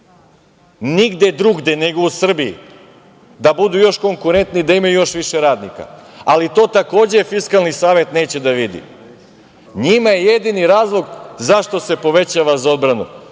nigde drugde, nego u Srbiji, da budu još konkurentniji, da imaju još više radnika, ali to takođe Fiskalni savet neće da vidi. Njima je jedini razlog zašto se povećava za odbranu,